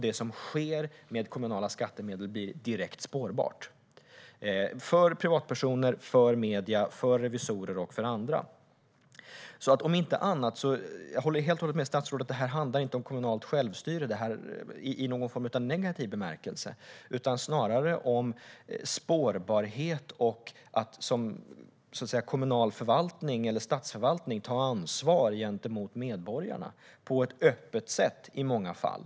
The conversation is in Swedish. Det som sker med kommunala skattemedel blir direkt spårbart för privatpersoner, för medier, för revisorer och för andra. Jag håller helt och hållet med statsrådet om att detta inte handlar om kommunalt självstyre i någon form av negativ bemärkelse utan snarare om spårbarhet och att som kommunal förvaltning eller statsförvaltning ta ansvar gentemot medborgarna på ett öppet sätt i många fall.